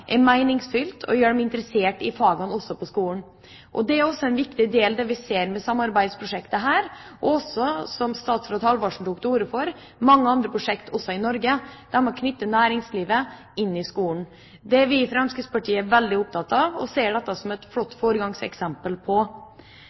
er meningsfylt og også gjør dem interessert i fagene på skolen. Det er viktig at vi, som også statsråd Halvorsen tok også til orde for, ser de mange andre samarbeidsprosjekt i Norge der man knytter næringslivet inn i skolen. Det er vi i Fremskrittspartiet veldig opptatt av, og vi ser dette som et flott foregangseksempel. Ungt Entreprenørskap er noe en driver på